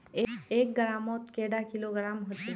एक ग्राम मौत कैडा किलोग्राम होचे?